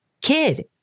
kid